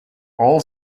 all